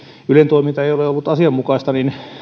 ylen toiminta ei ole ollut asianmukaista